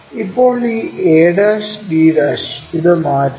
ഇപ്പോൾ ഈ a' d' ഇത് മാറ്റുക